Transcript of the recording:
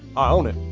i own it.